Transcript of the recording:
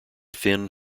thin